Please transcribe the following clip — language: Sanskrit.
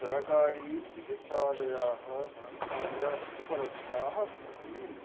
सरकारीचिकित्सालयाः संस्थाः च उपलब्धाः सन्ति